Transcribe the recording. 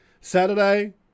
Saturday